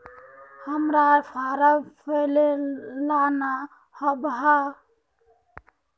हम्मर फारम भरे ला न आबेहय?